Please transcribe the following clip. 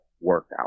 workout